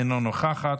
אינה נוכחת,